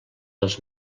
els